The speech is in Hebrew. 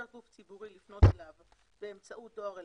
גוף ציבורי לפנות אליו באמצעות דואר אלקטרוני,